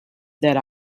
that